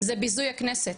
זה ביזוי הכנסת.